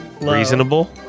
Reasonable